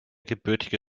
gebürtige